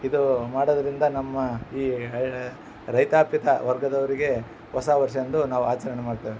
ಇದು ಮಾಡೋದರಿಂದ ನಮ್ಮ ಈ ರೈತಾಪಿತ ವರ್ಗದವರಿಗೆ ಹೊಸ ವರ್ಷ ಅಂದು ನಾವು ಆಚರಣೆ ಮಾಡ್ತೇವೆ